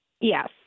Yes